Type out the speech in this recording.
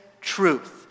truth